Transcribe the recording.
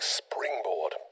springboard